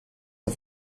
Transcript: auf